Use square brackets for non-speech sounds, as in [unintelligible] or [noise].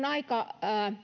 [unintelligible] aika